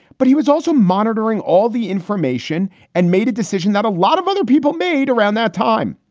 but he was also monitoring all the information and made a decision that a lot of other people made around that time.